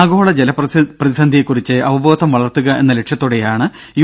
ആഗോള ജലപ്രതിസന്ധിയെക്കുറിച്ച് അവബോധം വളർത്തുക എന്ന ലക്ഷ്യത്തോടെയാണ് യു